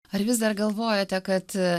ar vis dar galvojate kad